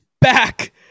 back